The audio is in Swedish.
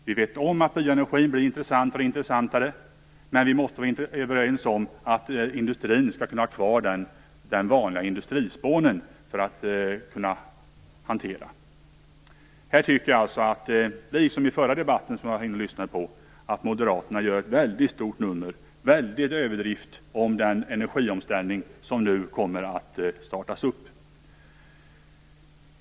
Vi vet om att bioenergin blir intressantare och intressantare, men vi måste vara överens om att industrin skall kunna ha kvar det vanliga industrispånet för sin hantering. Jag tycker alltså att Moderaterna - precis som i den förra debatten som jag lyssnade på - gör ett väldigt stort nummer och en väldig överdrift av den energiomställning som nu kommer att starta.